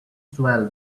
swell